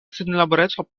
senlaboreco